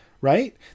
Right